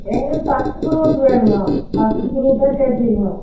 எங்களுக்கு first group வேணுங்கோ first குரூப்பே சேர்த்திடுங்கோ